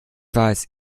weiß